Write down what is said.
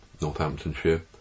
Northamptonshire